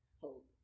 hope